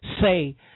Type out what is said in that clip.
say